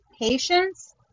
Patience